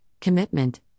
commitment